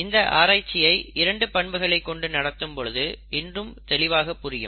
இந்த ஆராய்ச்சியை இரண்டு பண்புகளைக் கொண்டு நடத்தும் பொழுது இன்னும் தெளிவாக புரியும்